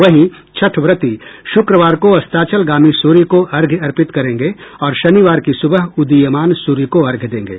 वहीं छठव्रती शुक्रवार को अस्ताचलगामी सूर्य को अर्घ्य अर्पित करेंगे और शनिवार की सूबह उदीयमान सूर्य को अर्घ्य देंगे